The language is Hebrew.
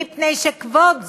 מפני שכבוד השר,